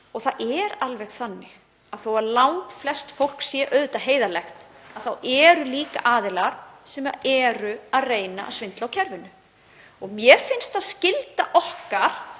Það er alveg þannig að þó að langflest fólk sé auðvitað heiðarlegt þá eru líka aðilar sem eru að reyna að svindla á kerfinu. Mér finnst það skylda okkar